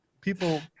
people